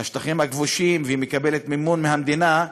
השטחים הכבושים, והיא מקבלת מימון מהמדינה.